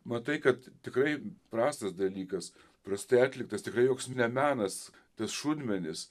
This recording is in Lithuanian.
matai kad tikrai prastas dalykas prastai atliktas tikrai joks menas tas šunmenis